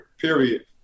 period